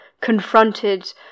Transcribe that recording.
confronted